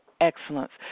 excellence